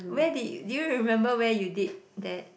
where did do you remember where you did that